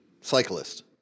cyclist